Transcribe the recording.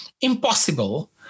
impossible